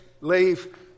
Leave